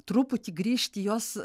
truputį grįžt į jos